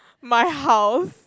my house